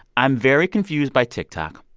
i'm very confused by tiktok.